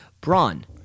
Braun